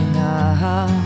now